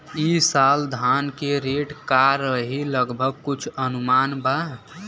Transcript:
ई साल धान के रेट का रही लगभग कुछ अनुमान बा?